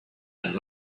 and